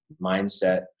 mindset